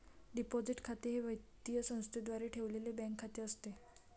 deposit खाते हे वित्तीय संस्थेद्वारे ठेवलेले बँक खाते असते